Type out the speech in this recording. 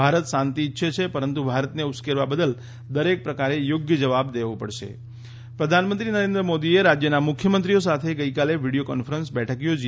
ભારત શાંતિ ઇચ્છે છે પરંતુ ભારતને ઉશ્કેરવા બદલ દરેક પ્રકારે યોગ્ય જવાબ દેવો પડશે પ્રધાનમંત્રી નરેન્દ્ર મોદીએ રાજ્યના મુખ્યમંત્રીઓ સાથે ગઇકાલે વિડીયો કોન્ફરન્સ બેઠક યોજી